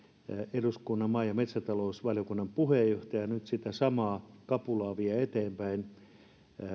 eduskunnan maa ja metsätalousvaliokunnan puheenjohtajana nyt sitä samaa kapulaa vie eteenpäin